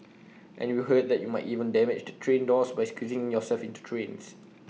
and we heard that you might even damage the train doors by squeezing yourself into trains